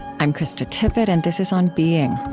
i'm krista tippett, and this is on being.